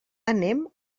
anem